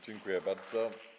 Dziękuję bardzo.